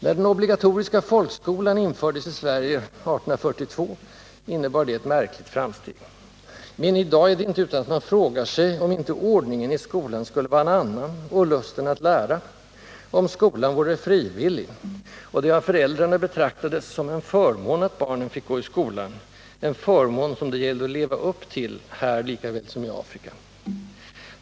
När den obligatoriska folkskolan infördes i Sverige år 1842 innebar detta ett märkligt framsteg. Men i dag är det inte utan att man frågar sig, om inte ordningen i skolan skulle vara en annan, och lusten att lära, om skolan vore frivillig och det av föräldrarna betraktades som en förmån att barnen fick gå i skolan —- en förmån som det gällde att leva upp till, här lika väl som i Afrika.